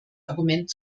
argument